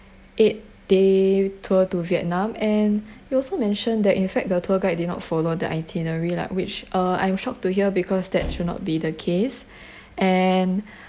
eight day tour to vietnam and you also mentioned that in fact the tour guide did not follow the itinerary lah which uh I'm shocked to hear because that should not be the case and